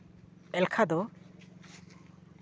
ᱮᱞᱠᱷᱟ ᱫᱚ